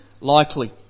likely